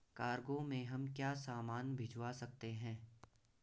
Cargo में हम क्या क्या सामान भिजवा सकते हैं?